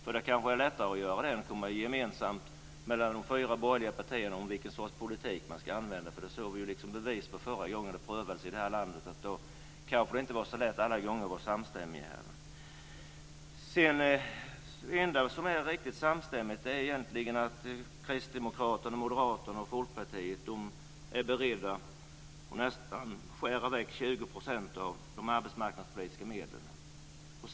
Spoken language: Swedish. Det är kanske lättare att göra det gemensamt mellan de fyra borgerliga partierna än att komma överens om vilken sorts politik som man ska använda. Det såg vi ju liksom bevis för förra gången det prövades i det här landet. Då var det kanske inte så lätt alla gånger att vara samstämmiga. Det enda som är riktigt samstämmigt är egentligen att Kristdemokraterna, Moderaterna och Folkpartiet är beredda att skära bort nästan 20 % av de arbetsmarknadspolitiska medlen.